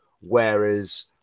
Whereas